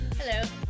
Hello